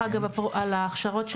חלק מההכשרות,